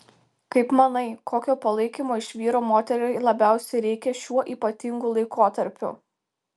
kaip manai kokio palaikymo iš vyro moteriai labiausiai reikia šiuo ypatingu laikotarpiu